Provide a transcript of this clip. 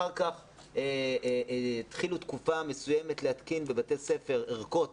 אחר כך התחילו תקופה מסוימת להתקין בבתי ספר ערכות